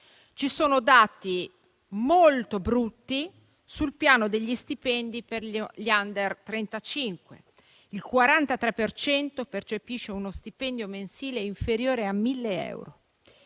ne sono altri molto brutti sul piano degli stipendi per gli *under* 35: il 43 per cento percepisce uno stipendio mensile inferiore a 1.000 euro.